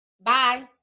Bye